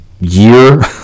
year